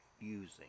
using